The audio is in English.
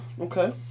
Okay